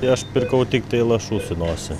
aš pirkau tiktai lašus į nosį